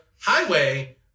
highway